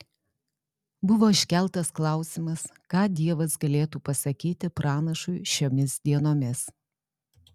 buvo iškeltas klausimas ką dievas galėtų pasakyti pranašui šiomis dienomis